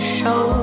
show